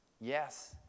Yes